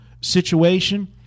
situation